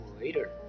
later